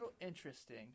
interesting